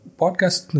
podcast